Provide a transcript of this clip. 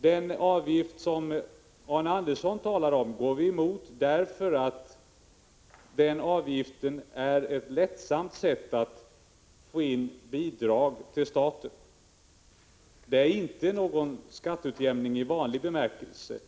Den avgift som Arne Andersson talar om går vi emot därför att den är ett lättsamt sätt att få in bidrag till staten. Det är inte någon skatteutjämning i vanlig bemärkelse.